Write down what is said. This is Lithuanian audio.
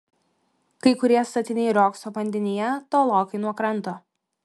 kai kurie statiniai riogso vandenyje tolokai nuo kranto